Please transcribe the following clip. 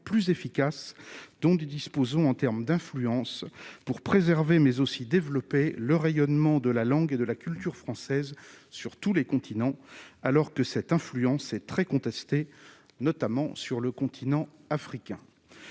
plus efficaces dont du disposons en termes d'influence pour préserver mais aussi développer le rayonnement de la langue et de la culture française sur tous les continents, alors que cette influence est très contesté, notamment sur le continent africain,